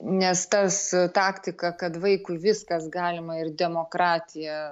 nes tas taktika kad vaikui viskas galima ir demokratija